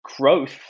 growth